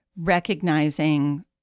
recognizing